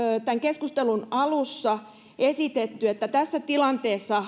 tämän keskustelun alussa esitetty että tässä tilanteessa